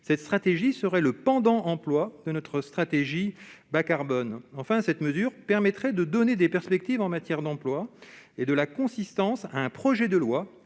cette stratégie serait le pendant, employes de notre stratégie bas carbone, enfin, cette mesure permettrait de donner des perspectives en matière d'emploi et de la consistance à un projet de loi